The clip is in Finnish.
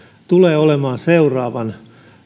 tulee olemaan seuraavan